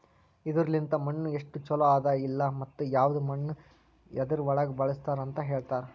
ಇದುರ್ ಲಿಂತ್ ಮಣ್ಣು ಎಸ್ಟು ಛಲೋ ಅದ ಇಲ್ಲಾ ಮತ್ತ ಯವದ್ ಮಣ್ಣ ಯದುರ್ ಒಳಗ್ ಬಳಸ್ತಾರ್ ಅಂತ್ ಹೇಳ್ತಾರ್